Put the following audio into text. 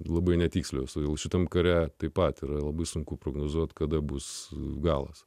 labai netikslios o jau šitam kare taip pat yra labai sunku prognozuoti kada bus galas